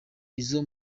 izo